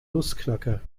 nussknacker